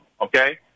Okay